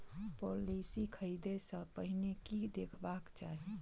Policy खरीदै सँ पहिने की देखबाक चाहि?